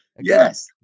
Yes